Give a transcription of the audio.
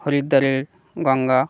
হরিদ্দারের Ganga